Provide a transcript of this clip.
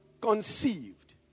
conceived